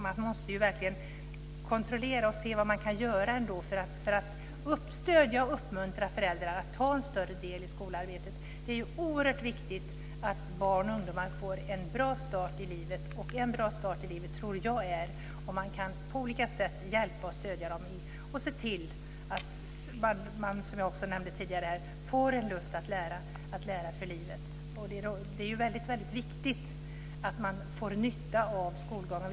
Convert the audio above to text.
Man måste verkligen kontrollera och se vad som går att göra för att stödja och uppmuntra föräldrar att ta större del i skolarbetet. Det är oerhört viktigt att barn och ungdomar får en bra start i livet. En bra start i livet tror jag att de kan få om man på olika sätt hjälper och stöder dem och ser till att de, som jag nämnde tidigare, får en lust att lära och lära för livet. Det är väldigt viktigt att de får nytta av skolgången.